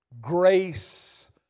Grace